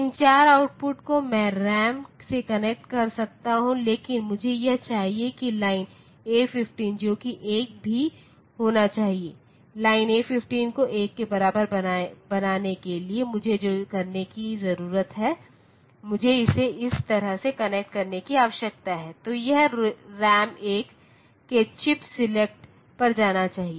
इन 4 output को मैं RAM से कनेक्ट कर सकता हूं लेकिन मुझे यह चाहिए कि लाइन A15 जो कि 1 भी होनी चाहिए लाइन A15 को 1 के बराबर बनाने के लिए मुझे जो करने की जरूरत है मुझे इसे इस तरह से कनेक्ट करने की आवश्यकता है तो यह रैम 1 के चिप सेलेक्ट पर जाना चाहिए